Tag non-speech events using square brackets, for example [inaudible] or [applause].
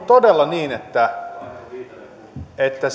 todella niin että [unintelligible]